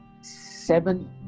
seven